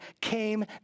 came